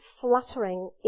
fluttering